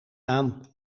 aan